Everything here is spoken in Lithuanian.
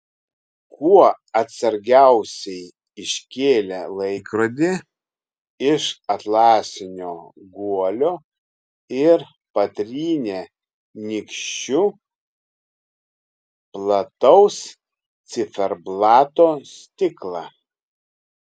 kuo atsargiausiai iškėlė laikrodį iš atlasinio guolio ir patrynė nykščiu plataus ciferblato stiklą